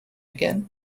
again